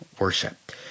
worship